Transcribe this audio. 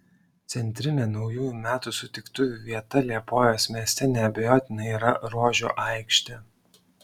centrinė naujųjų metų sutiktuvių vieta liepojos mieste neabejotinai yra rožių aikštė